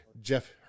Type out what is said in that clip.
Jeff